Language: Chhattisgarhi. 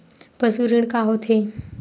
पशु ऋण का होथे?